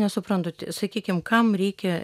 nesuprantu t sakykim kam reikia